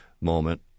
moment